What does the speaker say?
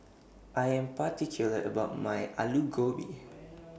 I Am particular about My Alu Gobi